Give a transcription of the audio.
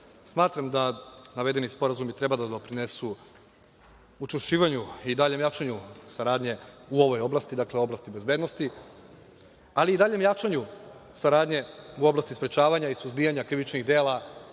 da navedeni sporazumi treba da doprinesu učvršćivanju i daljem jačanju saradnje u ovoj oblasti, oblasti bezbednosti, ali i daljem jačanju saradnje u oblasti sprečavanja i suzbijanja krivičnih dela,